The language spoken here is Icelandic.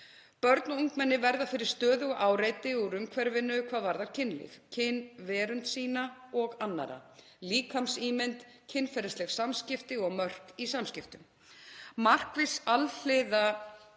Börn og ungmenni verða fyrir stöðugu áreiti úr umhverfinu hvað varðar kynlíf, kynverund sína og annarra, líkamsímynd, kynferðisleg samskipti og mörk í samskiptum. Markviss alhliða